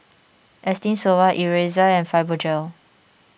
Esteem Stoma Ezerra and Fibogel